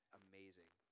amazing